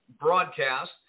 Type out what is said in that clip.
broadcast